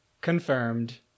confirmed